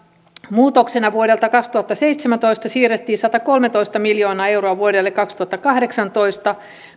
vuodelta kaksituhattaseitsemäntoista siirrettiin satakolmetoista miljoonaa euroa vuodelle kaksituhattakahdeksantoista